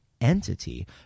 entity